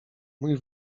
mój